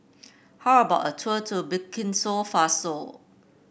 how about a tour to Burkina Faso